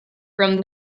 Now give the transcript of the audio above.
from